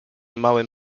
małym